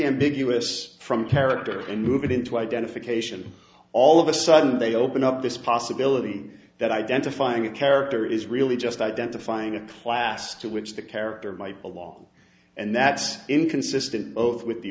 ambiguous from character and move it into identification all of a sudden they open up this possibility that identifying a character is really just identifying a class to which the character might belong and that's inconsistent both with the